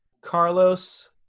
Carlos